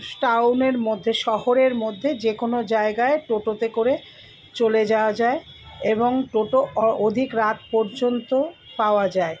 টাউনের মধ্যে শহরের মধ্যে যে কোনো জায়গায় টোটোতে করে চলে যাওয়া যায় এবং টোটো অধিক রাত পর্যন্ত পাওয়া যায়